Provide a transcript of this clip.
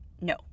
no